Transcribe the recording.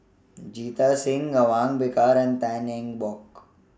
Jita Singh Awang Bakar and Tan Eng Bock